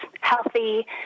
healthy